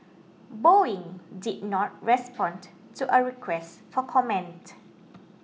Boeing did not respond to a request for comment